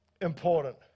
important